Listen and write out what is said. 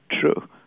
true